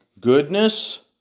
goodness